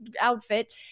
outfit